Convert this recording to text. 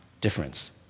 difference